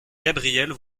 gabrielle